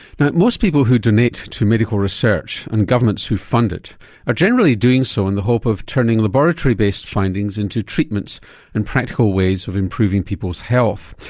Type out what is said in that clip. now most people who donate to medical research and governments who fund it are generally doing so in the hope of turning laboratory based findings into treatments and practical ways of improving people's health.